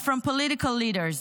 and from political leaders.